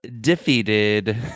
defeated